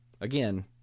Again